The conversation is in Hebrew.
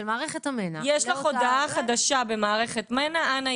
אז שלחתי את הנוסח לאיילת וולברג וכל פעם שאני